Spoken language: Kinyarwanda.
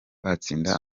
batsinda